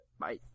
Bye